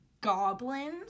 Goblins